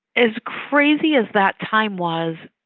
as crazy as that time was,